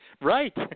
Right